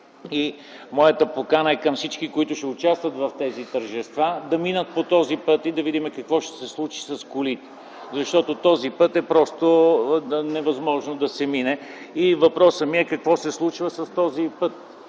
Моята покана е към всички, които ще участват в тези тържества – да минат по този път и да видим какво ще се случи с колите. Защото по този път е просто невъзможно да се мине! Въпросът ми е: Какво се случва с този път?